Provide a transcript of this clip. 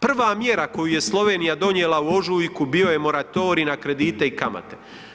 Prva mjera koju je Slovenija donijela u ožujku bio je moratorij na kredite i kamate.